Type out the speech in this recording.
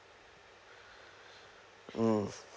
mm